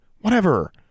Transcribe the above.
Whatever